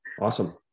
Awesome